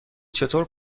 چطور